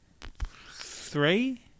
three